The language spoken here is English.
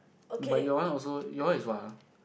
but your one also your one is what ah